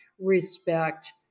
respect